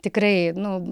tikrai nu